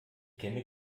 kenne